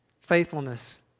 faithfulness